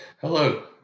Hello